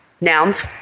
nouns